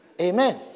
Amen